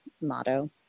motto